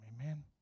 Amen